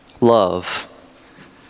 love